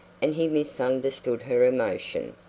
and he misunderstood her emotion.